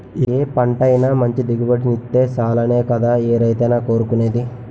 ఏ పంటైనా మంచి దిగుబడినిత్తే సాలనే కదా ఏ రైతైనా కోరుకునేది?